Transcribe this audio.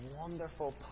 wonderful